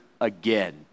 again